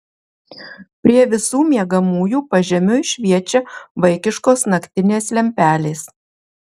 prie visų miegamųjų pažemiui šviečia vaikiškos naktinės lempelės